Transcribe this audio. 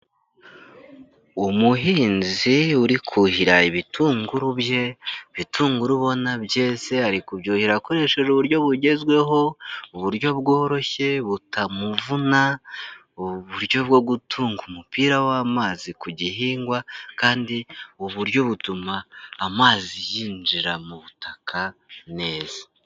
Umuhinzi uri kuhira ibitunguru bye, ibitunguru ubona byeze, ari kubyuhira akoresheje uburyo bugezweho, uburyo bworoshye butamuvuna, uburyo bwo gutunga umupira w'amazi ku gihingwa kandi ubu buryo butuma amazi yinjira mu butaka neza.